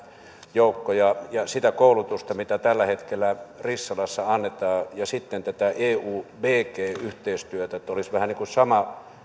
joukkoja ja sitä koulutusta mitä tällä hetkellä rissalassa annetaan ja sitten tätä eubg yhteistyötä että olisi niin kuin vähän sama